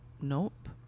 nope